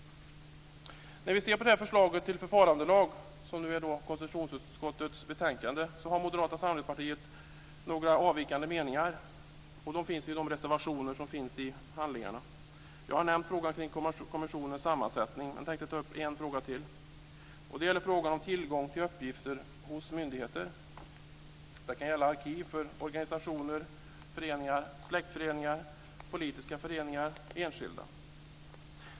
När vi ser på förslaget till förfarandelag i konstitutionsutskottets betänkande har Moderata samlingspartiet några avvikande meningar, och de finns i reservationerna. Jag har nämnt frågan kring kommissionens sammansättning och tänkte ta upp en fråga till. Det gäller frågan om tillgång till uppgifter hos myndigheter. Det kan gälla arkiv för organisationer, företag, föreningar, släktföreningar, politiska föreningar och enskilda.